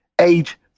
age